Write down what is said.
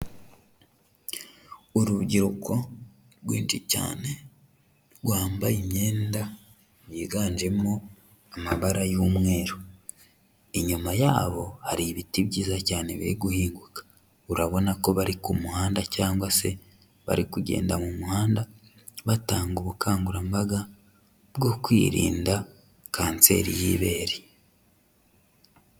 Urubyiruko rwinshi cyane rwambaye imyenda yiganjemo amabara y'umweru. Inyuma yabo hari ibiti byiza cyane biri guhinguka, urabona ko bari ku muhanda cyangwa se bari kugenda mu muhanda batanga ubukangurambaga bwo kwirinda Kanseri y'ibere.